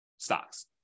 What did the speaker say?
stocks